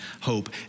hope